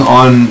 on